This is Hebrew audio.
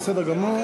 בסדר גמור.